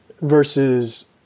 versus